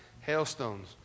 hailstones